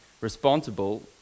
responsible